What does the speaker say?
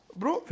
bro